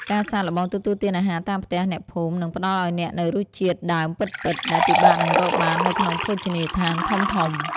ការសាកល្បងទទួលទានអាហារតាមផ្ទះអ្នកភូមិ នឹងផ្តល់ឱ្យអ្នកនូវរសជាតិដើមពិតៗ ដែលពិបាកនឹងរកបាននៅក្នុងភោជនីយដ្ឋានធំៗ។